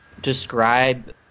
describe